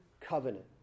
covenant